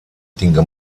tinga